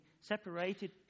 separated